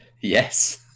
Yes